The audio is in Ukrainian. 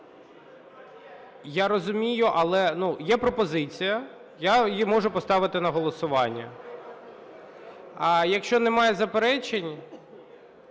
Я розумію, але, ну, є пропозиція, я її можу поставити на голосування. Якщо немає заперечень...